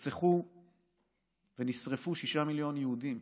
נרצחו ונשרפו שישה מיליון יהודים,